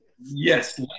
Yes